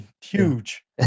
huge